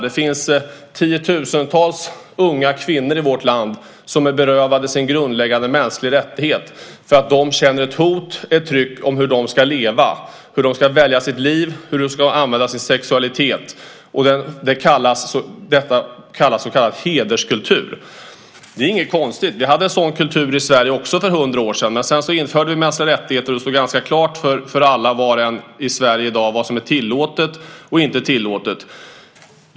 Det finns tiotusentals unga kvinnor i vårt land som är berövade sina grundläggande mänskliga rättigheter på grund av att de känner ett hot och ett tryck i fråga om hur de ska leva och hur de ska använda sin sexualitet. Detta kallas hederskultur. Det är inget konstigt. Vi hade en sådan kultur i Sverige också för 100 år sedan. Men sedan införde vi en massa rättigheter, och det står ganska klart för alla i Sverige i dag vad som är tillåtet och inte tillåtet.